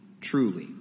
truly